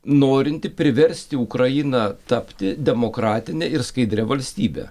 norinti priversti ukrainą tapti demokratine ir skaidria valstybe